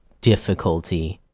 difficulty